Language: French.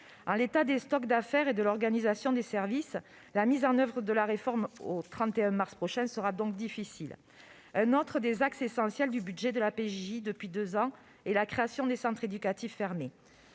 En l'état des stocks d'affaires et de l'organisation des services, la mise en oeuvre de la réforme au 31 mars prochain sera donc difficile. Un autre axe essentiel du budget la PJJ depuis deux ans est la création des centres éducatifs fermés.